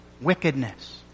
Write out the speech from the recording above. wickedness